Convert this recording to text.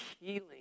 healing